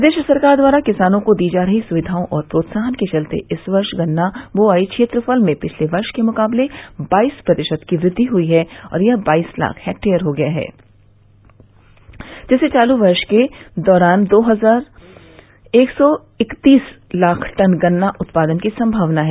प्रदेश सरकार द्वारा किसानों को दी जा रही सुविधाओं और प्रोत्साहन के चलते इस वर्ष गन्ना बोआई क्षेत्रफल में पिछले वर्ष के मुकाबले बाईस प्रतिशत की वृद्धि हुई है और यह बाईस लाख हेक्टेयर हो गया है जिससे चालू वर्ष के दौरान दो हजार एक सौ इकतीस लाख टन गन्ना उत्पादन की संभावना है